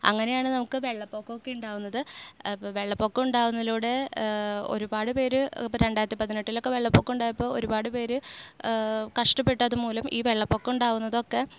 അങ്ങനെയാണ് നമുക്ക് വെള്ളപ്പൊക്കം ഒക്കെ ഉണ്ടാവുന്നത് അപ്പോൾ വെള്ളപ്പൊക്കം ഉണ്ടാകുന്നതിലൂടെ ഒരുപാട് പേർ ഇപ്പോൾ രണ്ടായിരത്തി പതിനെട്ടിൽ ഒക്കെ വെള്ളപ്പൊക്കം ഉണ്ടായപ്പോൾ ഒരുപാട് പേർ കഷ്ടപ്പെട്ട് അത് മൂലം ഈ വെള്ളപ്പൊക്കം ഉണ്ടാവുന്നതൊക്കെ